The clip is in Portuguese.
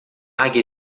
águia